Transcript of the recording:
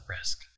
risk